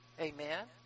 Amen